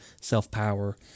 self-power